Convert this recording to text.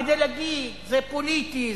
כדי להגיד: זה פוליטי,